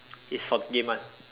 it's for game one